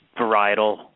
varietal